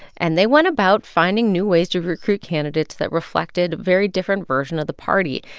and they went about finding new ways to recruit candidates that reflected a very different version of the party.